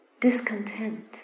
discontent